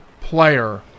player